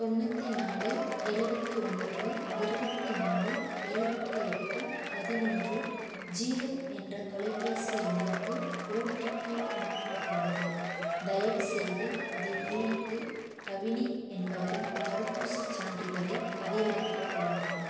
தொண்ணூற்றி நாலு எழுவத்தி ஒன்பது இருபத்தி நாலு எழுவத்தி எட்டு பதினொன்று ஜீரோ என்ற தொலைபேசி எண்ணுக்கு ஓடிபி அனுப்பப்பட்டுள்ளது தயவுசெய்து அதை உள்ளிட்டு கவினி என்பவரின் தடுப்பூசிச் சான்றிதழைப் பதிவிறக்கிக் கொள்ளவும்